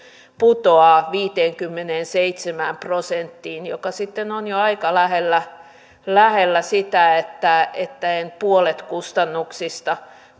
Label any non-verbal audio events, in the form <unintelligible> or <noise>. putoaa viiteenkymmeneenseitsemään prosenttiin joka sitten on jo aika lähellä lähellä sitä että puolet kustannuksista <unintelligible>